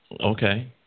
Okay